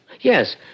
Yes